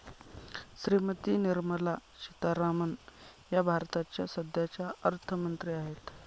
श्रीमती निर्मला सीतारामन या भारताच्या सध्याच्या अर्थमंत्री आहेत